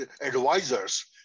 advisors